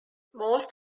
most